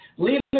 Leave